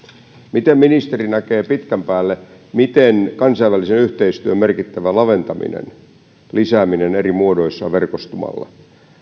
miten ministeri näkee pitkän päälle miten kansainvälisen yhteistyön merkittävä laventaminen lisääminen eri muodoissa verkostumalla